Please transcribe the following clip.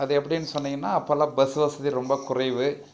அது எப்படின்னு சொன்னீங்கன்னா அப்போல்லாம் பஸ் வசதி ரொம்ப குறைவு